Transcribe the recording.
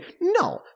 No